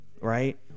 Right